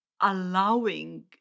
allowing